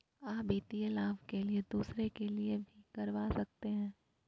आ वित्तीय लाभ के लिए दूसरे के लिए भी करवा सकते हैं?